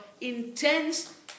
intense